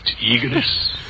eagerness